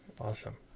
Awesome